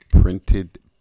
printed